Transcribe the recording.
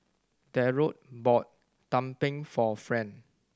Darold bought tumpeng for Friend